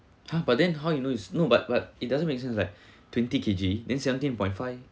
!huh! but then how you know is no but but it doesn't make sense like twenty K_G then seventeen point five